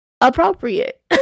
appropriate